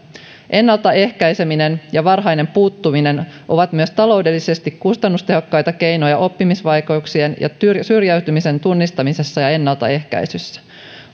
ennaltaehkäiseminen ja varhainen puuttuminen ovat myös taloudellisesti kustannustehokkaita keinoja oppimisvaikeuksien ja syrjäytymisen tunnistamissa ja ennaltaehkäisyssä